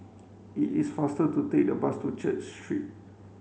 it is faster to take the bus to Church Street